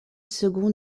second